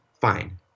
fine